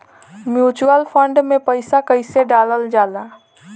Mutual fund मे पईसा कइसे डालल जाला?